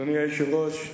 אדוני היושב-ראש,